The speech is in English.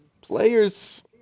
players